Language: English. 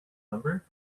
number